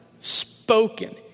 spoken